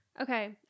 Okay